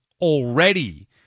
Already